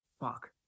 fuck